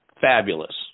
Fabulous